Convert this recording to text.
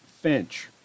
Finch